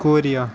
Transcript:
Korea